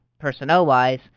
personnel-wise